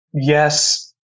Yes